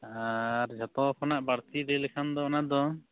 ᱟᱨ ᱡᱚᱛᱚ ᱠᱷᱚᱱᱟᱜ ᱵᱟᱹᱲᱛᱤ ᱞᱟᱹᱭ ᱞᱮᱠᱷᱟᱱ ᱫᱚ ᱚᱱᱟ ᱫᱚ